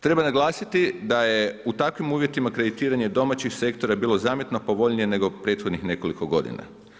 Treba naglasiti da je u takvim uvjetima kreditiranja domaćih sektora bilo zametno povoljnije nego prethodnih nekoliko godina.